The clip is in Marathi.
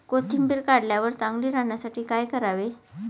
कोथिंबीर काढल्यावर चांगली राहण्यासाठी काय करावे?